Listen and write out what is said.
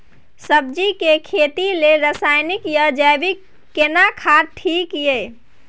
सब्जी के खेती लेल रसायनिक या जैविक केना खाद ठीक ये?